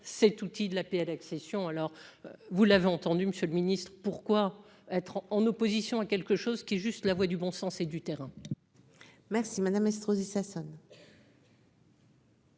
cet outil de l'APL accession alors vous l'avez entendu Monsieur le Ministre, pourquoi être en opposition à quelque chose qui est juste, la voix du bon sens et du terrain. Merci madame Estrosi Sassone.